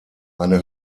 eine